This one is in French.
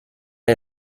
est